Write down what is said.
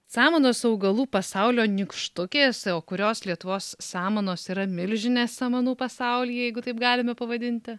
samanos augalų pasaulio nykštukės kurios lietuvos samanos yra milžinės samanų pasaulyje jeigu taip galime pavadinti